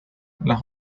las